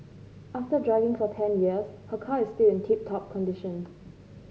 after driving for ten years her car is still in tip top condition